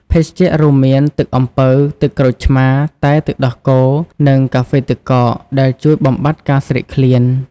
ភេសជ្ជៈ រួមមាន ទឹកអំពៅ ទឹកក្រូចឆ្មារ តែទឹកដោះគោ និងកាហ្វេទឹកកក ដែលជួយបំបាត់ការស្រេកឃ្លាន។